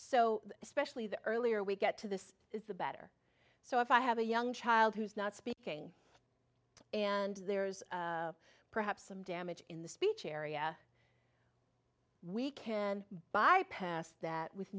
so especially the earlier we get to this is the better so if i have a young child who's not speaking and there's perhaps some damage in the speech area we can bypass that with